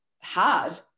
hard